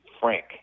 frank